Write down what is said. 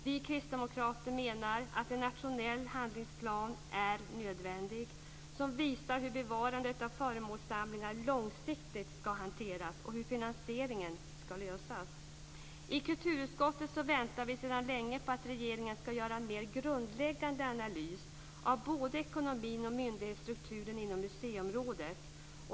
Vi kristdemokrater menar att en nationell handlingsplan som visar hur bevarandet av föremålssamlingar långsiktigt ska hanteras och hur finansieringen ska lösas är nödvändig. I kulturutskottet väntar vi sedan länge på att regeringen ska göra en mer grundläggande analys av både ekonomin och myndighetsstrukturen inom museiområdet.